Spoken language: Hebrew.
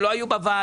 שלא היו בוועדות,